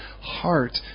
heart